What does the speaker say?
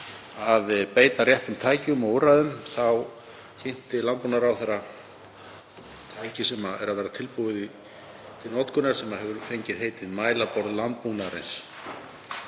að beita réttum tækjum og úrræðum. Þá kynnti landbúnaðarráðherra tæki sem er að verða tilbúið til notkunar og hefur fengið heitið mælaborð landbúnaðarins.